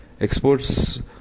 Exports